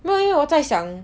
没有我在想